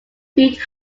feet